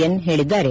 N ಹೇಳಿದ್ದಾರೆ